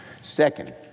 Second